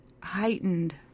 heightened